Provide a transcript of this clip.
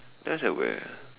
that's at where